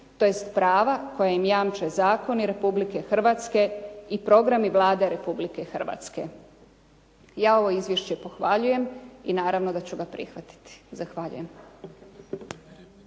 tj. prava koja ima jamče zakoni Republike Hrvatske i programi Vlade Republike Hrvatske. Ja ovo izvješće pohvaljujem i naravno da ću ga prihvatiti. Zahvaljujem.